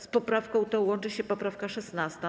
Z poprawką tą łączy się poprawka 16.